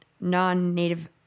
non-native